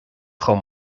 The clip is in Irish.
chomh